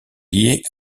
liés